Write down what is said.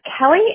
Kelly